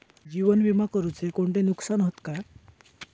जीवन विमा करुचे कोणते नुकसान हत काय?